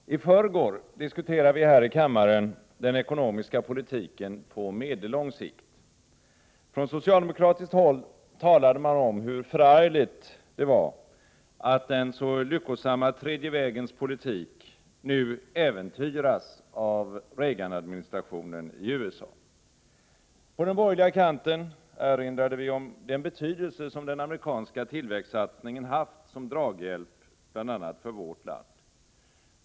Herr talman! I förrgår diskuterade vi här i kammaren den ekonomiska politiken på medellång sikt. Från socialdemokratiskt håll talade man om hur förargligt det var att den så lyckosamma tredje vägens politik nu äventyras av Reagan-administrationen i USA. På den borgerliga kanten erinrade vi om den betydelse som den amerikanska tillväxtsatsningen haft som draghjälp bl.a. för vårt land.